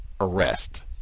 arrest